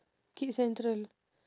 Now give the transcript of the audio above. kids central